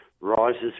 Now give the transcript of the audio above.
rises